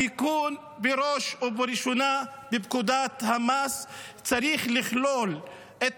התיקון לפקודת המס צריך לכלול בראש ובראשונה